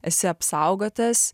esi apsaugotas